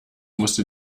musste